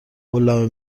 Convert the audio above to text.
قولنامه